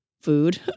food